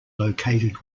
located